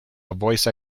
voice